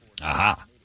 Aha